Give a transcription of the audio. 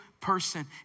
person